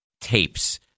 tapes